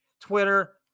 Twitter